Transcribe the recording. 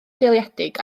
seiliedig